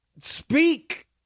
speak